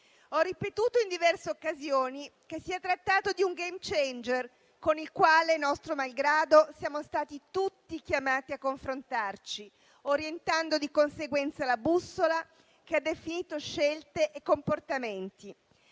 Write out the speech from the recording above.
Ho ripetuto in diverse occasioni che si è trattato di un *game changer* con il quale, nostro malgrado, siamo stati tutti chiamati a confrontarci, orientando di conseguenza la bussola che ha definito scelte e comportamenti.